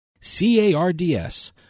C-A-R-D-S